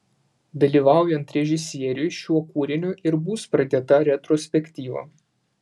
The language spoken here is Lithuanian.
dalyvaujant režisieriui šiuo kūriniu ir bus pradėta retrospektyva